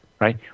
Right